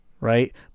Right